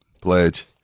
pledge